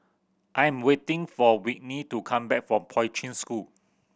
I am waiting for Whitney to come back from Poi Ching School